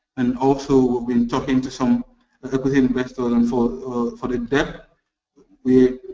and also we've been talking to some equity investors and for for the debt we